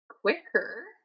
quicker